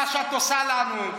מה שאת עושה לנו.